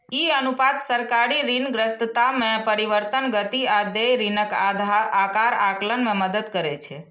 ई अनुपात सरकारी ऋणग्रस्तता मे परिवर्तनक गति आ देय ऋणक आकार आकलन मे मदति करै छै